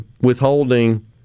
withholding